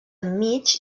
enmig